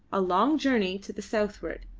a long journey to the southward.